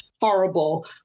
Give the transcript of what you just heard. horrible